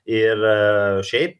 ir šiaip